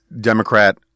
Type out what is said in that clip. Democrat